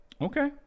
Okay